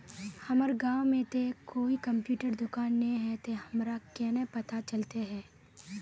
हमर गाँव में ते कोई कंप्यूटर दुकान ने है ते हमरा केना पता चलते है?